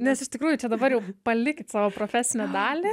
nes iš tikrųjų čia dabar jau palikit savo profesinę dalį